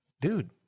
dude